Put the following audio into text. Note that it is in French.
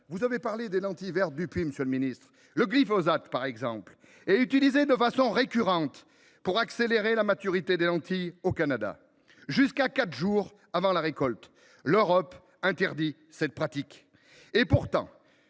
Vous avez parlé des lentilles vertes du Puy, monsieur le ministre. Le glyphosate, par exemple, est utilisé de façon récurrente pour accélérer la maturité des lentilles au Canada, jusqu’à quatre jours avant la récolte. L’Europe interdit cette pratique. Nous